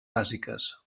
bàsiques